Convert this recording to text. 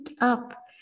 up